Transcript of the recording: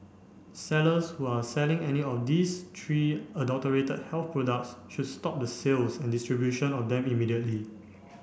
sellers who are selling any of these three adulterated health products should stop the sales and distribution of them immediately